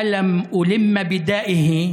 של אל-מותנבי: